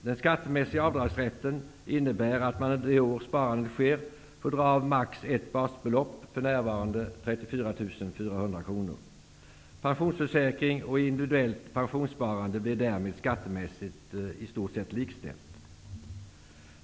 Den skattemässiga avdragsrätten innebär att man det år som sparandet sker får dra av maximalt ett basbelopp, för närvarande 34 400 kr. Pensionsförsäkring och individuellt pensionssparande blir därmed skattemässigt i stort sett likställda.